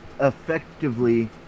Effectively